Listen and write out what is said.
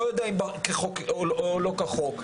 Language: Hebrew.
לא יודע אם כחוק או לא כחוק,